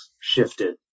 shifted